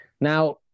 Now